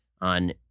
on